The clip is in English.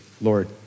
Lord